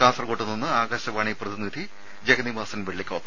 കാസർകോടു നിന്നും ആകാശവാണി പ്രതിനിധി ജഗന്നിവാസൻ വെള്ളിക്കോത്ത്